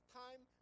time